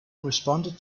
responded